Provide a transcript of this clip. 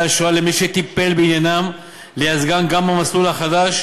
השואה למי שטיפל בעניינם לייצגם גם במסלול החדש,